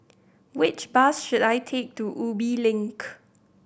which bus should I take to Ubi Link